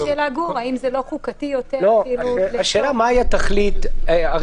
גור, מה הייתה השאלה?